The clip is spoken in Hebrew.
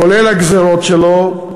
כולל הגזירות שלו,